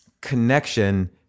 connection